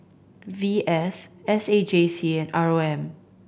V S S A J C and R O M